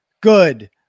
good